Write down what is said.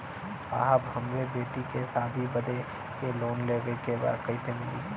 साहब हमरे बेटी के शादी बदे के लोन लेवे के बा कइसे मिलि?